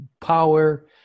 power